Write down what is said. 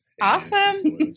Awesome